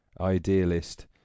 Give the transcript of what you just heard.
idealist